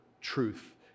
truth